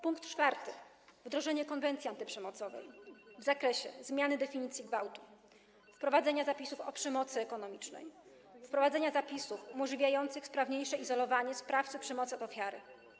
Punkt czwarty: wdrożenie konwencji antyprzemocowej w zakresie zmiany definicji gwałtu, wprowadzenia zapisów o przemocy ekonomicznej, wprowadzenia zapisów umożliwiających sprawniejsze izolowanie sprawcy przemocy od ofiary.